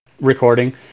recording